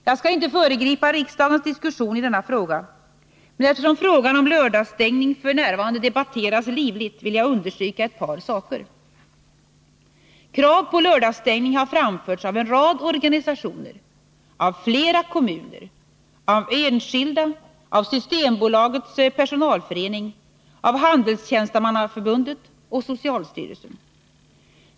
Jag skall inte föregripa riksdagens diskussion i denna fråga, men eftersom frågan om lördagsstängning f. n. debatteras livligt vill jag understryka ett par saker: Krav på lördagsstängning har framförts av en rad organisationer, av flera kommuner, av enskilda, av Systembolagets personalförening, av Handelstjänstemannaförbundet och socialstyrelsen.